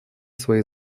свои